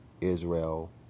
Israel